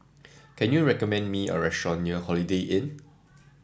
can you recommend me a restaurant near Holiday Inn